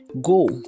Go